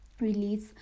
release